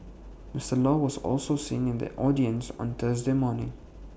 Mister law was also seen in the audience on Thursday morning